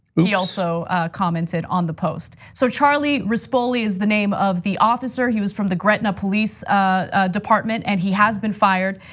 he also commented on the post. so charlie rispoli is the name of the officer. he was from the gretna police ah department, and he has been fired.